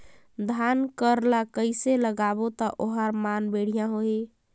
धान कर ला कइसे लगाबो ता ओहार मान बेडिया होही?